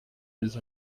les